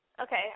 Okay